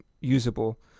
usable